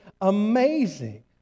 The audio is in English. amazing